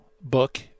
book